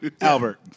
Albert